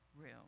room